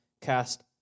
Cast